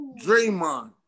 Draymond